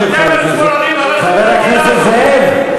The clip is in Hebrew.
שב, חבר הכנסת זאב.